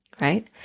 right